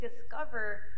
discover